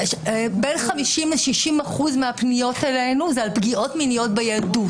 בין 50% ל-60% מהפניות אלינו זה על פגיעות מיניות בילדות.